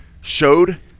showed